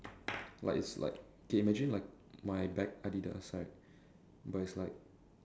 like it's like okay imagine like my bag Adidas right but it's like